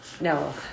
No